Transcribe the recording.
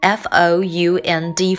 found